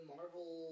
Marvel